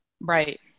Right